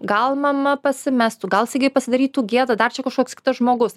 gal mama pasimestų gal staiga jai pasidarytų gėda dar čia kažkoks kitas žmogus